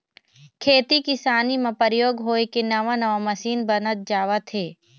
खेती किसानी म परयोग होय के नवा नवा मसीन बनत जावत हे